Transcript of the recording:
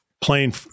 playing